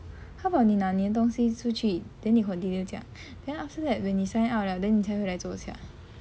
how about 你拿你的东西出去 then 你 continue 讲 then after that when you sign up 了 then 你才会回来坐下